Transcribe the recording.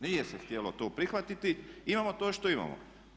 Nije se htjelo to prihvatiti, imamo to što imamo.